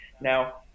now